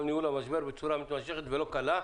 על ניהול המשבר בצורה מתמשכת ולא פשוטה,